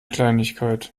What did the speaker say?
kleinigkeit